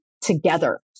together